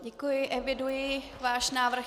Děkuji, eviduji váš návrh.